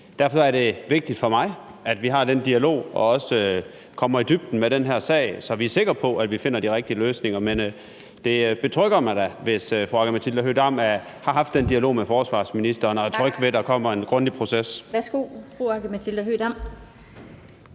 derfor er det vigtigt for mig, at vi har den dialog og også kommer i dybden med den her sag, så vi er sikre på, at vi finder de rigtige løsninger. Men det betrygger mig da, hvis fru Aki-Matilda Høegh-Dam har haft den dialog med forsvarsministeren og er tryg ved, at der kommer en grundig proces. Kl. 20:54 Den fg.